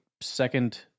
second